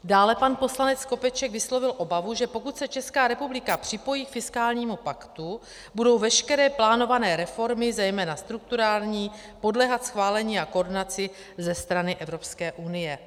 Dále pan poslanec Skopeček vyslovil obavu, že pokud se Česká republika připojí k fiskálnímu paktu, budou veškeré plánované reformy, zejména strukturální, podléhat schválení a koordinaci ze strany Evropské unie.